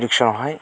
एडुकेसनावहाय